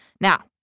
Now